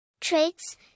Traits